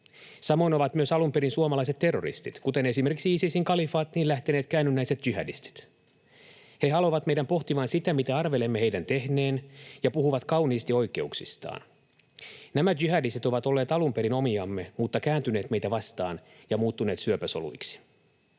Samoin ovat myös alun perin suomalaiset terroristit, kuten esimerkiksi Isisin kalifaattiin lähteneet käännynnäiset jihadistit. He haluavat meidän pohtivan sitä, mitä arvelemme heidän tehneen, ja puhuvat kauniisti oikeuksistaan. Nämä jihadistit ovat olleet alun perin omiamme, mutta kääntyneet meitä vastaan ja muuttuneet syöpäsoluiksi.